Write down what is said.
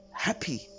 happy